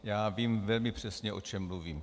Já vím velmi přesně, o čem mluvím.